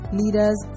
leaders